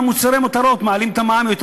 על מוצרי מותרות מעלים את המע"מ יותר,